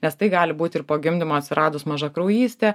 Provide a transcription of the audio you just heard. nes tai gali būti ir po gimdymo atsiradus mažakraujystė